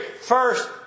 first